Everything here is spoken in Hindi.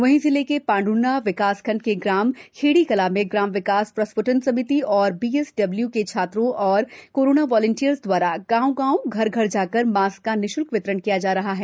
वहींजिले के पांढर्णा विकासखंड के ग्राम खेड़ीकला में ग्राम विकास प्रस्फ्टन समिति और बी एस डबल्यू के छात्रों और कोरोना वॉलंटियर्स द्वारा गाँव में घर घर जाकर मास्क का निशल्क वितरण किया जा रहा है